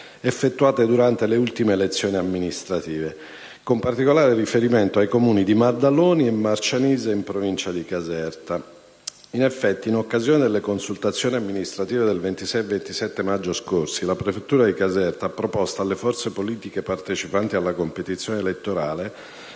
effettuate durante le ultime elezioni amministrative, con particolare riferimento ai Comuni di Maddaloni e Marcianise, in provincia di Caserta. In effetti, in occasione delle consultazioni amministrative del 26 e 27 maggio scorsi, la prefettura di Caserta ha proposto alle forze politiche partecipanti alla competizione elettorale